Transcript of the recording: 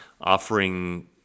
offering